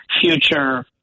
future